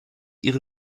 ihre